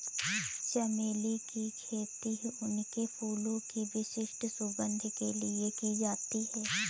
चमेली की खेती उनके फूलों की विशिष्ट सुगंध के लिए की जाती है